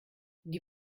die